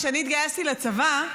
כשאני התגייסתי לצבא,